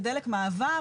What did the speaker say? כדלק מעבר,